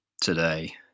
today